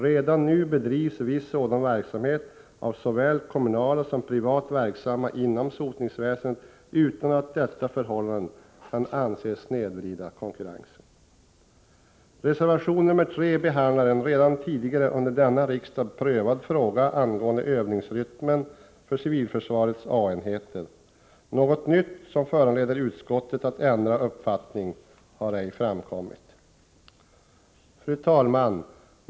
Redan nu bedrivs viss sådan verksamhet av såväl kommunalt som privat verksamma inom sotningsväsendet, utan att detta förhållande kan anses snedvrida konkurrensen. Reservation 3 behandlar en redan tidigare under denna riksdag prövad fråga angående övningsrytmen för civilförsvarets A-enheter. Något nytt, som föranleder utskottet att ändra uppfattning, har ej framkommit. Fru talman!